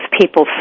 people